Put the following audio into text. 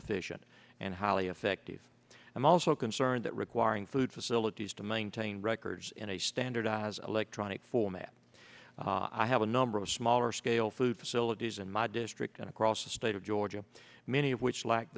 efficient and highly effective i'm also concerned that requiring food facilities to maintain records in a standardized electronic format i have a number of smaller scale food facilities in my district and across the state of georgia many of which lack